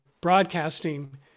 broadcasting